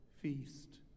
feast